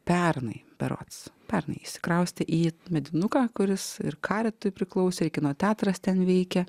pernai berods pernai išsikraustė į medinuką kuris ir karitui priklausė ir kino teatras ten veikė